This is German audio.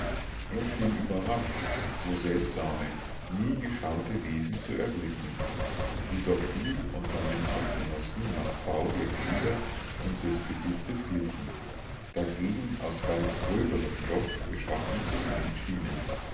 er schien überrascht so seltsame niegeschaute wesen zu erblicken die doch ihm und seinen artgenossen nach bau der glieder und des gesichtes glichen dagegen aus weit gröberem stoff geschaffen zu sein schienen